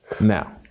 Now